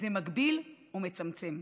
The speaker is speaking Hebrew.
זה מגביל ומצמצם.